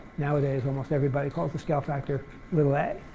nowadays almost everybody calls the scale factor little a.